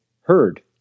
heard